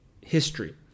history